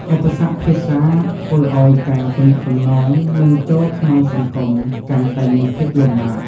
ឧបសគ្គភាសាធ្វើឲ្យការទំនាក់ទំនង និងចូលក្នុងសង្គមកាន់តែមានភាពលំបាក។